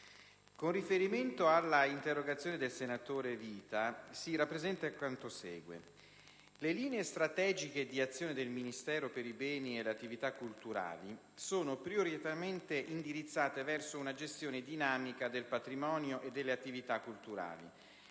con riferimento all'interrogazione del senatore Vita, si rappresenta quanto segue. Le linee strategiche di azione del Ministero per i beni e le attività culturali sono prioritariamente indirizzate verso una gestione dinamica del patrimonio e delle attività culturali